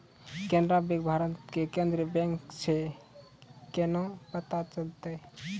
Canara bank Bharat के केन्द्रीय bank छै से केना पता चलतै?